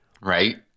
Right